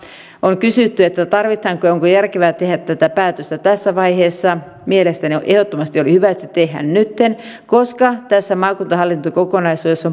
on kysytty tarvitaanko ja onko järkevää tehdä tätä päätöstä tässä vaiheessa mielestäni oli ehdottomasti hyvä että se tehdään nytten koska tässä maakuntahallintokokonaisuudessa